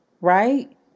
right